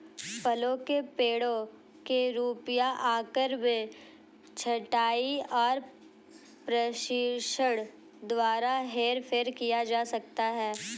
फलों के पेड़ों के रूप या आकार में छंटाई और प्रशिक्षण द्वारा हेरफेर किया जा सकता है